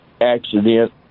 accident